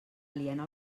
aliena